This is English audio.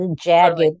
jagged